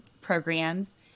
programs